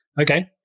Okay